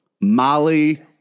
Molly